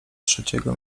trzeciego